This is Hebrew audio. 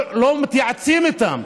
לא מתייעצים איתם.